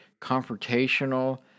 confrontational